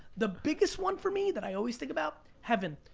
the biggest one for me that i always think about. heaven,